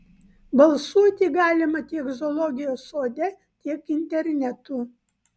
balsuoti galima tiek zoologijos sode tiek internetu